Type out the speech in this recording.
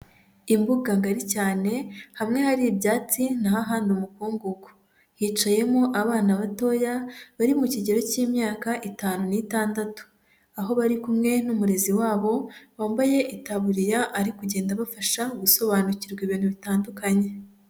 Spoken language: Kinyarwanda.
Imbuga ngari cyane hamwe hari ibyatsi na ho ahandi umukungugu, hicayemo abana batoya bari mu kigero cy'imyaka itanu n'itandatu, aho bari kumwe n'umurezi wabo wambaye itaburiya ari kugenda abafasha gusobanukirwa ibintu bitandukanye.